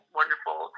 wonderful